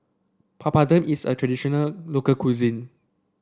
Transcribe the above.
Papadum is a traditional local cuisine